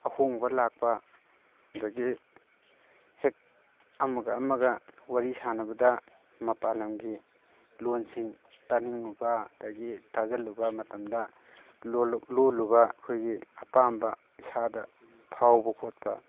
ꯑꯍꯣꯡꯕ ꯂꯥꯛꯄ ꯑꯗꯨꯗꯒꯤ ꯍꯦꯛ ꯑꯃꯒ ꯑꯃꯒ ꯋꯥꯔꯤ ꯁꯥꯟꯅꯕꯗ ꯃꯄꯥꯜ ꯂꯝꯒꯤ ꯂꯣꯟꯁꯤꯡ ꯇꯥꯅꯤꯡꯉꯨꯕ ꯑꯗꯨꯗꯒꯤ ꯇꯁꯤꯜꯂꯨꯕ ꯃꯇꯝꯗ ꯂꯣꯜꯂꯨꯕ ꯑꯩꯈꯣꯏꯒꯤ ꯑꯄꯥꯝꯕ ꯏꯁꯥꯗ ꯐꯥꯎꯕ ꯈꯣꯠꯄ